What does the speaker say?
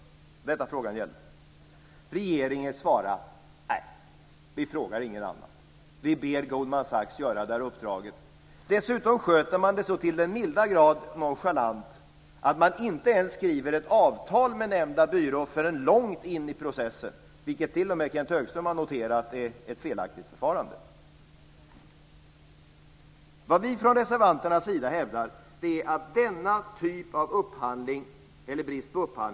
Det är vad frågan gällde. Regeringen svarade: Nej, vi frågar ingen annan. Vi ber Goldman Sachs att göra uppdraget. Dessutom sköter man det så till den milda grad nonchalant att man inte ens skriver ett avtal med nämnda byrå förrän långt in i processen, vilket t.o.m. Kenth Högström har noterat är ett felaktigt förfarande. Vi från reservanternas sida hävdar att denna brist på upphandling inte får förekomma.